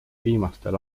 viimastel